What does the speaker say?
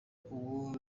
ubu